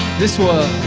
this whole